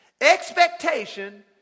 Expectation